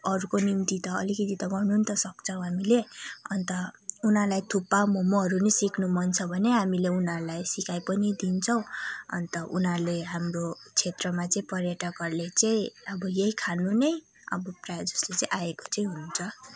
अरूको निम्ति त अलिकति त गर्नु नि त सक्छौँ हामीले अन्त उनीहरूलाई थुक्पा मोमोहरू सिक्नु मन छ भने हामीले उनीहरूलाई सिकाइ पनि दिन्छौँ अन्त उनीहरूले हाम्रो क्षेत्रमा चाहिँ पर्यटकहरूले चाहिँ अब यही खानु नै अब प्राय जस्तो चाहिँ आएको चाहिँ हुन्छ